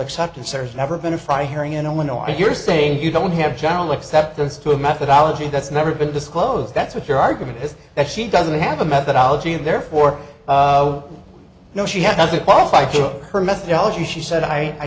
acceptance there's never been a fry hearing in illinois if you're saying you don't have general acceptance to a methodology that's never been disclosed that's what your argument is that she doesn't have a methodology and therefore no she has a qualified took her methodology she said i i